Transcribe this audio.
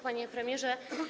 Panie Premierze!